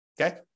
Okay